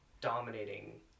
dominating